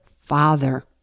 father